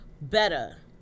better